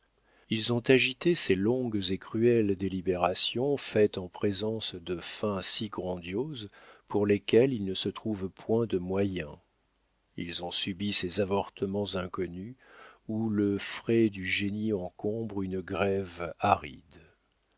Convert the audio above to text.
ils ont agité ces longues et cruelles délibérations faites en présence de fins si grandioses pour lesquelles il ne se trouve point de moyens ils ont subi ces avortements inconnus où le frai du génie encombre une grève aride